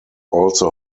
also